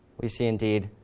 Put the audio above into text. we see, indeed,